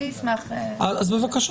לסקי, בבקשה.